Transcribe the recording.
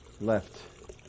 left